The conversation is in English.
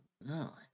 no